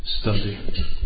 study